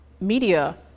media